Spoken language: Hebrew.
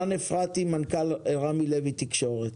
רן אפרתי, מנכ"ל רמי לוי תקשורת,